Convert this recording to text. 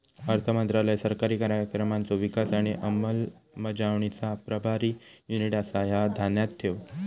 अर्थमंत्रालय सरकारी कार्यक्रमांचो विकास आणि अंमलबजावणीचा प्रभारी युनिट आसा, ह्या ध्यानात ठेव